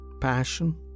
passion